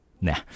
Nah